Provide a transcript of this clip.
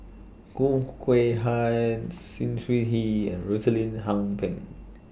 Khoo Kay Hian Chen He and Rosaline Pang